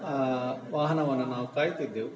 ಆ ವಾಹನವನ್ನು ನಾವು ಕಾಯುತ್ತಿದ್ದೆವು